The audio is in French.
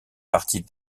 partie